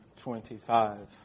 25